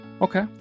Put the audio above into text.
Okay